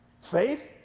faith